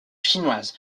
chinoise